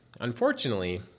Unfortunately